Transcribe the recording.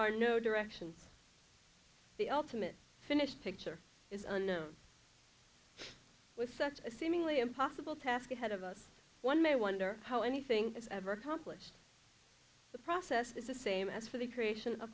are no directions the ultimate finish picture is unknown with such a seemingly impossible task ahead of us one may wonder how anything that's ever accomplished the process the same as for the creation of